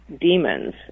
demons